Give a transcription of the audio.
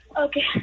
Okay